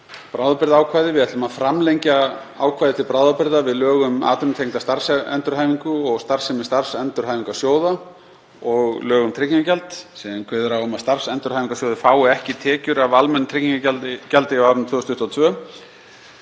bráðabirgðaákvæði. Við ætlum að framlengja ákvæði til bráðabirgða við lög um atvinnutengda starfsendurhæfingu og starfsemi starfsendurhæfingarsjóða og lög um tryggingagjald sem kveður á um að starfsendurhæfingarsjóðir fái ekki tekjur af almennu tryggingagjaldi á árinu 2022.